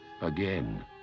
again